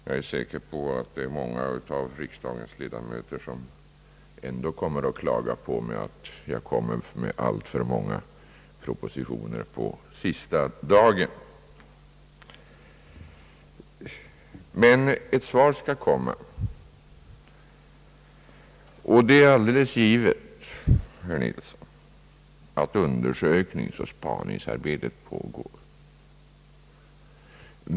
Jag är säker på att det är många riksdagsledamöter som ändå kommer att klaga på mig för att jag lägger fram alltför många propositioner på sista dagen. Ett svar skall emellertid komma, och det är alldeles givet, herr Nilsson, att undersökningsoch spaningsarbete pågår.